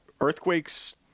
earthquakes